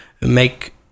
make